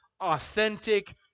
authentic